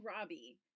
Robbie